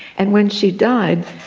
and when she died,